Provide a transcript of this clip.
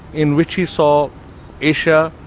in which he saw asia